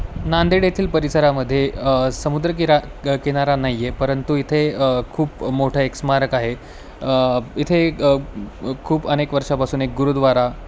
नांदेड येथील परिसरामध्ये समुद्र किरा किनारा नाही आहे परंतु इथे खूप मोठं एक स्मारक आहे इथे खूप अनेक वर्षापासून एक गुरुद्वारा